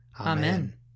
Amen